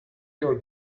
your